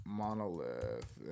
monolith